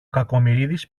κακομοιρίδης